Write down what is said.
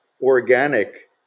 organic